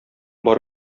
бар